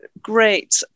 great